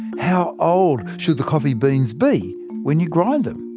how old should the coffee beans be when you grind them,